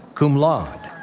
cum laude,